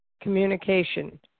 communication